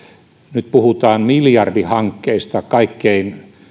nyt puhutaan miljardihankkeista kaikkein